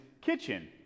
kitchen